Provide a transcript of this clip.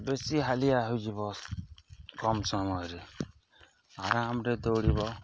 ବେଶୀ ହାଲିଆ ହୋଇଯିବ କମ ସମୟରେ ଆରାମରେ ଦୌଡ଼ିବ